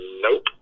Nope